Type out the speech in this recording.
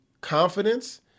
confidence